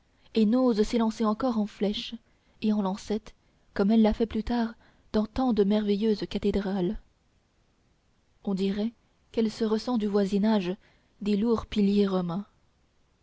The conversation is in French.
et n'ose s'élancer encore en flèches et en lancettes comme elle l'a fait plus tard dans tant de merveilleuses cathédrales on dirait qu'elle se ressent du voisinage des lourds piliers romans